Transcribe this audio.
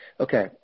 Okay